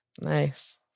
Nice